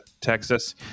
Texas